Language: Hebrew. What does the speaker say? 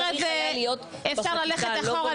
אפשר ללכת אחורה,